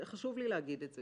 חשוב לי להגיד את זה,